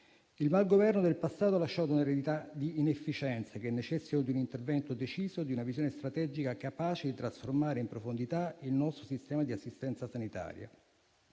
il malgoverno del passato ha lasciato un'eredità di inefficienze, che necessitano di un intervento deciso e di una visione strategica capace di trasformare in profondità il nostro sistema di assistenza sanitaria;